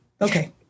Okay